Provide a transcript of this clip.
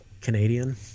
Canadian